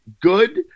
good